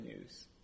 news